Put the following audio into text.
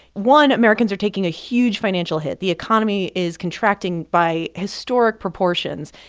one, americans are taking a huge financial hit. the economy is contracting by historic proportions.